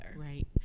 right